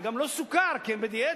וגם לא סוכר כי הם בדיאטה.